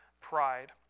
pride